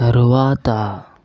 తరువాత